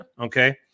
Okay